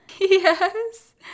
yes